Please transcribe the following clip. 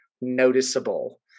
noticeable